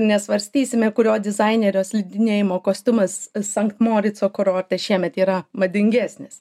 nesvarstysime kurio dizainerio slidinėjimo kostiumas sankt morico kurorte šiemet yra madingesnis